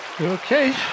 Okay